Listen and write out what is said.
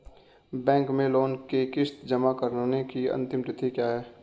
Bank में loan की किश्त जमा कराने की अंतिम तिथि क्या है?